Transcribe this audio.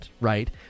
right